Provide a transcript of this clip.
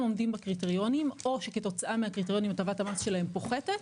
עומדים בקריטריונים או שכתוצאה מהקריטריונים הטבת המס שלהם פוחתת,